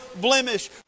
blemish